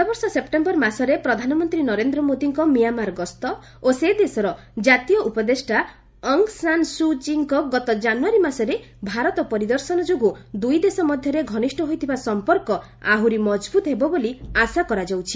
ଗତବର୍ଷ ସେପ୍ଟେମ୍ବର ମାସରେ ପ୍ରଧାନମନ୍ତ୍ରୀ ନରେନ୍ଦ୍ର ମୋଦିଙ୍କ ମିଆଁମାର ଗସ୍ତ ଓ ସେ ଦେଶର ଜାତୀୟ ଉପଦେଷ୍ଟା ଅଙ୍ଗ ସାନ୍ ସୁଚୀଙ୍କ ଗତ କ୍ଜାନୁୟାରୀ ମାସରେ ଭାରତ ପରିଦର୍ଶନ ଯୋଗୁଁ ଦୁଇଦେଶ ମଧ୍ୟରେ ଘନିଷ୍ଠ ହୋଇଥିବା ସଂପର୍କ ଆହୁରି ମଜବୁତ ହେବ ବୋଲି ଆଶା କରାଯାଉଛି